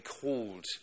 called